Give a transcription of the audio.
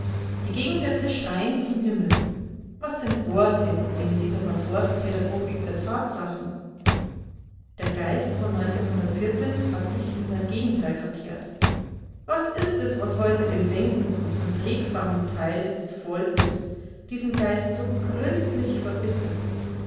die gegensätze schreien zum himmel was sind worte neben dieser parforce-pädagogik der tatsachen der geist von hat sich in sein gegenteil verkehrt was ist es was heute dem denkenden und regsamen teile des volkes diesen geist so gründlich verbittert